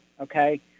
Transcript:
okay